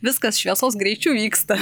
viskas šviesos greičiu vyksta